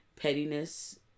Pettiness